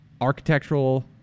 architectural